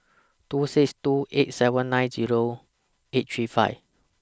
two six two eight seven nine Zero eight three five